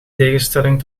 tegenstelling